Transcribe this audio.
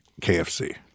KFC